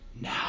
Now